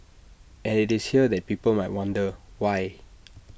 and IT is here that people might wonder why